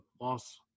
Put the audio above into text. loss